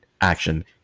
action